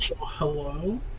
hello